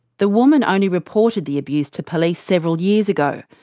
the woman only reported the abuse to police several years ago.